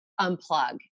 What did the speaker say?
unplug